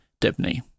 Debney